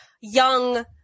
young